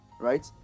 right